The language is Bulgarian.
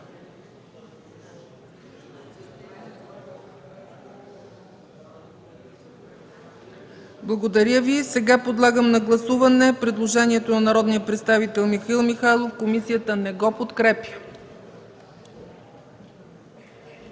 не е прието. Подлагам на гласуване предложението на народния представител Михаил Михайлов. Комисията не подкрепя